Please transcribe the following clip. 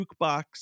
Jukebox